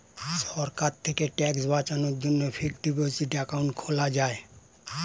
সরকার থেকে ট্যাক্স বাঁচানোর জন্যে ফিক্সড ডিপোসিট অ্যাকাউন্ট খোলা যায়